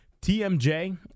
TMJ